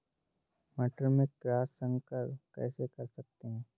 मटर में क्रॉस संकर कैसे कर सकते हैं?